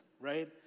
right